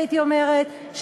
הייתי אומרת,